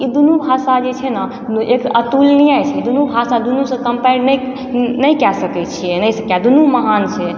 ई दुनू भाषा जे छै ने एक अतुलनीय छै दुनू भाषा दुनूसँ कम्पेयर नहि ने कए सकैत छियै दुनू महान छै